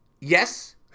Yes